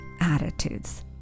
attitudes